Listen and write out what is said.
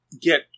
get